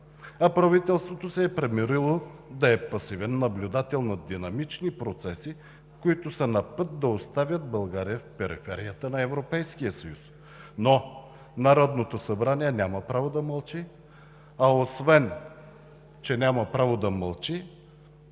а правителството се е примирило да е пасивен наблюдател на динамични процеси, които са на път да оставят България в периферията на Европейския съюз. Но Народното събрание няма право да мълчи! Освен че няма право да мълчи,